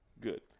good